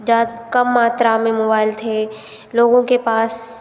जा कम मात्रा में मोबाइल थे लोगों के पास